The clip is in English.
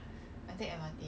you go highway is it